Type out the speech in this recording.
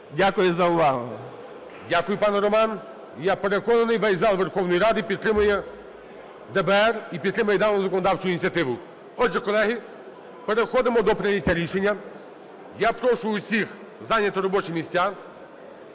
Дякую за увагу. ГОЛОВУЮЧИЙ. Дякую, пане Роман. Я переконаний, весь зал Верховної Ради підтримає ДБР і підтримає дану законодавчу ініціативу. Отже, колеги, переходимо до прийняття рішення. Я прошу усіх зайняти робочі місця.